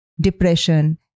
depression